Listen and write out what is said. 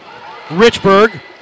Richburg